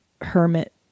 hermit